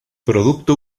producto